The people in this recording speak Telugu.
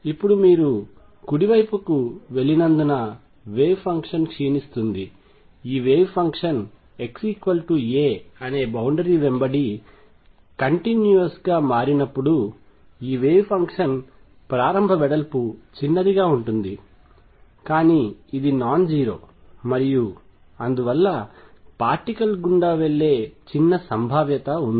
ఇప్పుడు మీరు కుడి వైపుకు వెళ్లినందున వేవ్ ఫంక్షన్ క్షీణిస్తుందిఈ వేవ్ ఫంక్షన్ xa అనే బౌండరీ వెంబడి కంటిన్యూస్ గా మారినప్పుడు ఈ వేవ్ ఫంక్షన్ ప్రారంభ వెడల్పు చిన్నదిగా ఉంటుంది కానీ ఇది నాన్ జీరో మరియు అందువల్ల పార్టికల్ గుండా వెళ్ళే చిన్న సంభావ్యత ఉంది